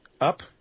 up